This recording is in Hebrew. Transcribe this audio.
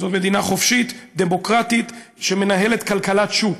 זו מדינה חופשית, דמוקרטית, שמנהלת כלכלת שוק,